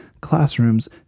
classrooms